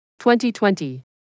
2020